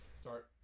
Start